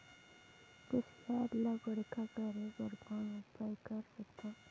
कुसियार ल बड़खा करे बर कौन उपाय कर सकथव?